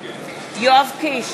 יואב קיש,